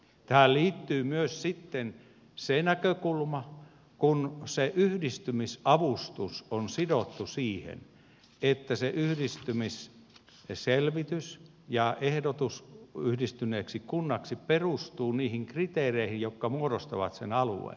tähän liittyy myös sitten se näkökulma että yhdistymisavustus on sidottu siihen että yhdistymisselvitys ja ehdotus yhdistyneeksi kunnaksi perustuvat niihin kriteereihin jotka muodostavat alueen